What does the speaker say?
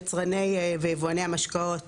יצרני ויבואני המשקאות